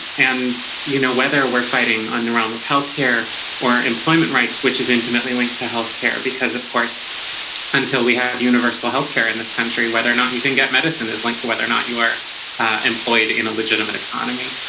and you know whether we're fighting on the realm of healthcare or employment rights, which is intimately linked to healthcare because of course until we have universal healthcare in this country whether or not you can get medicine is linked to whether or not you are employed in a legitimate economy